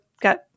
got